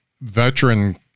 veteran